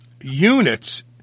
units